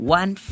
one